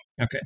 Okay